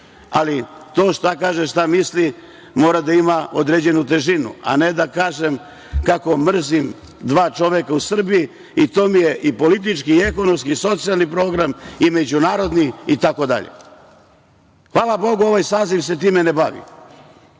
ali to šta kaže, šta misli mora da ima određenu težinu a ne da kažem kako mrzim dva čoveka u Srbiji i to mi je politički i ekonomski i socijalni program i međunarodni itd. Hvala Bogu, ovaj saziv se time ne bavi.